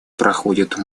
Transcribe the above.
проходит